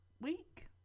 week